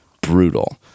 brutal